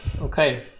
okay